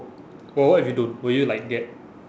oh what if you don't will you like get